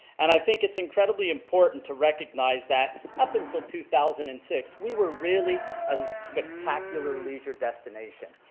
and i think it's incredibly important to recognize that up until two thousand and six we were really a spectacular leisure destination.